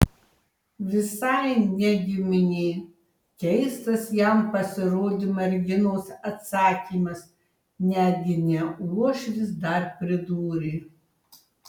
visai ne giminė keistas jam pasirodė merginos atsakymas netgi ne uošvis dar pridūrė